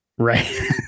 Right